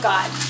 God